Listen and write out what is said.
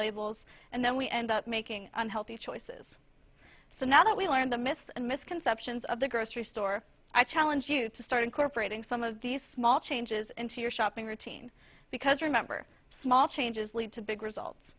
labels and then we end up making unhealthy choices so now that we learn the myths and misconceptions of the grocery store i challenge you to start incorporating some of these small changes into your shopping routine because remember small changes lead to big results